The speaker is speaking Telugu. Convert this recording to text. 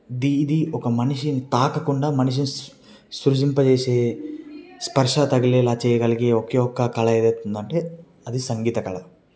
దీన్ని ఇది ఒక మనిషిని తాకకుండా మనిషిని సృజనింపజేసే స్పర్శ తగిలేలా చేయగలిగే ఒకేఒక కళ ఏదౌతుంది అంటే అది సంగీతకళ